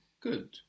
Good